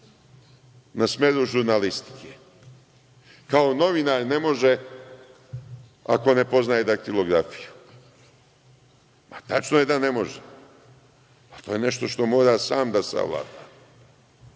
na smeru žurnalistike. Kao, novinar ne može ako ne poznaje daktilografiju. Tačno je da ne može, ali to je nešto što mora sam da savlada,